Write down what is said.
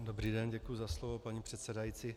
Dobrý den, děkuji za slovo, paní předsedající.